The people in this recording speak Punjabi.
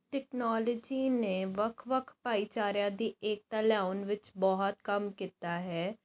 ਟੈਕਨੋਲੋਜੀ ਨੇ ਵੱਖ ਵੱਖ ਭਾਈਚਾਰਿਆਂ ਦੀ ਏਕਤਾ ਲਿਆਉਣ ਵਿੱਚ ਬਹੁਤ ਕੰਮ ਕੀਤਾ ਹੈ